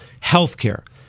Healthcare